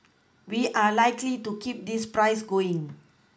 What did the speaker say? we are likely to keep this price going